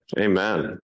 Amen